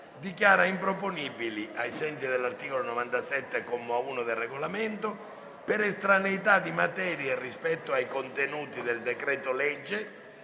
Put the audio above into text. dichiara improponibili, ai sensi dell'articolo 97, comma 1, del Regolamento, per estraneità di materia rispetto ai contenuti del decreto-legge,